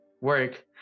work